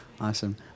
Awesome